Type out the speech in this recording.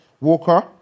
Walker